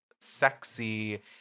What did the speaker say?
sexy